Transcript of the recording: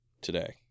today